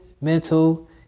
mental